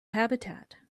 habitat